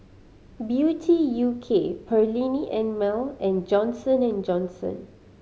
Beauty U K Perllini and Mel and Johnson and Johnson